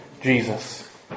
Jesus